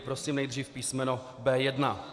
Prosím nejdřív písmeno B1.